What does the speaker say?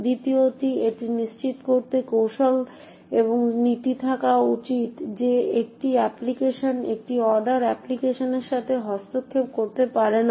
দ্বিতীয়ত এটি নিশ্চিত করতে কৌশল এবং নীতি থাকা উচিত যে একটি অ্যাপ্লিকেশন একটি অর্ডার অ্যাপ্লিকেশনের সাথে হস্তক্ষেপ করতে পারে না